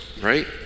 right